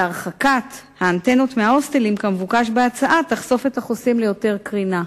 והרחקת האנטנות מההוסטלים כמבוקש בהצעה תחשוף את החוסים ליותר קרינה.